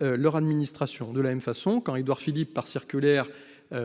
leur administration, de la même façon, quand Édouard Philippe, par circulaire